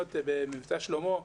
במבצע שלמה,